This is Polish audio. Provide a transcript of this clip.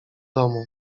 domu